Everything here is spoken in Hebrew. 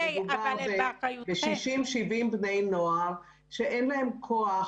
מדובר ב-60,70 בני נוער שאין להם כוח